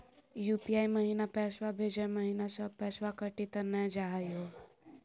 UPI महिना पैसवा भेजै महिना सब पैसवा कटी त नै जाही हो?